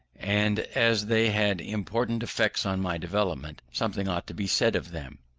and as they had important effects on my development, something ought to be said of them.